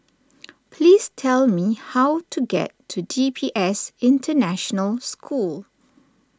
please tell me how to get to D P S International School